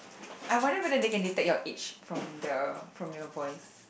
I wonder whether they can detect your age from the from your voice